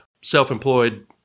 Self-Employed